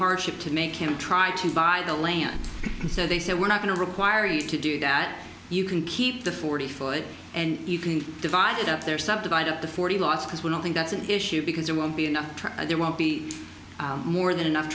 hardship to make him try to buy the land and so they said we're not going to require you to do that you can keep the forty foot and you can divide it up there subdivided up to forty lots because we don't think that's an issue because there won't be enough there won't be more than enough